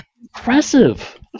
impressive